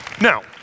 Now